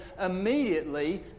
immediately